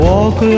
Walk